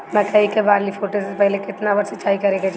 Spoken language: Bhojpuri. मकई के बाली फूटे से पहिले केतना बार सिंचाई करे के चाही?